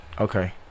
Okay